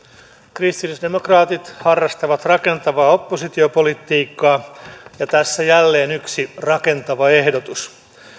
kristillisdemokraatit harrastavat rakentavaa oppositiopolitiikkaa ja tässä jälleen yksi rakentava ehdotus